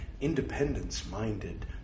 independence-minded